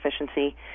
efficiency